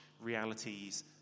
realities